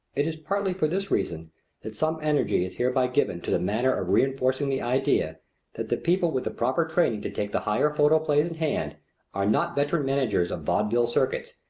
it is partly for this reason that some energy is hereby given to the matter of reenforcing the idea that the people with the proper training to take the higher photoplays in hand are not veteran managers of vaudeville circuits,